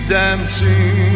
dancing